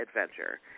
adventure